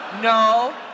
no